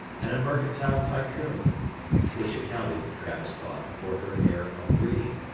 and a mercantile tycoon which accounted, travis thought, for her air of breeding.